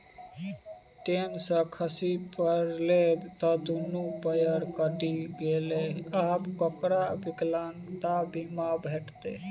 ten सँ खसि पड़लै त दुनू पयर कटि गेलै आब ओकरा विकलांगता बीमा भेटितै